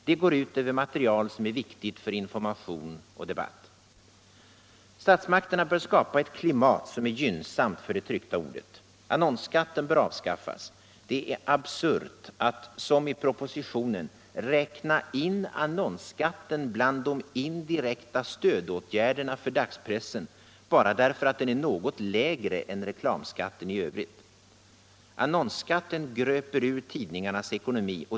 Detta går ut över material som är viktigt för information och debatt. Statsmakterna bör skapa ett klimat som är gynnsamt för det tryckta ordet. Annonsskatten bör avskaffas. Det är absurt att som i propositionen räkna in annonsskatten bland de indirekta stödåtgärderna för dagspressen, bara därför att den är något lägre än reklamskatten i övrigt. Annonsskatten gröper ur tidningarnas ekonomi.